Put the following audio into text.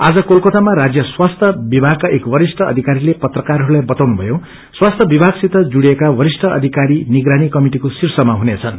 आज कोलकातामा राज्य स्वास्थ्य विभागका एक वरिष्ठ अधिकारीले पत्राकारहरूलाई बताउनुभयो स्वास्थ्य विभागसित जुड़िएका वरिष्ठ अधिकारी निगरानी कमिटिको शीर्षमा हुनेछन्